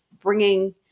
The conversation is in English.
bringing